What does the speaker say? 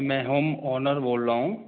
मैं home owner बोल रहा हूँ